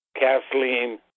Kathleen